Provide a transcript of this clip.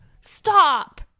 Stop